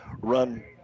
run